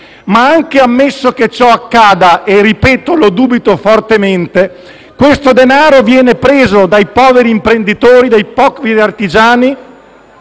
anche ammesso che ciò accada (e, ripeto, ne dubito fortemente), questo denaro viene preso dai poveri imprenditori e artigiani,